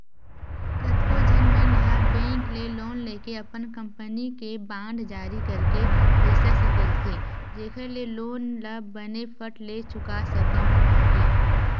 कतको झन मन ह बेंक ले लोन लेके अपन कंपनी के बांड जारी करके पइसा सकेलथे जेखर ले लोन ल बने फट ले चुका सकव कहिके